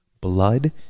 blood